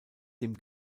dem